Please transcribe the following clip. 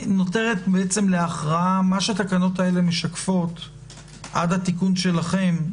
נותרת להכרעה מה שהתקנות האלה משקפות עד התיקון שלכם,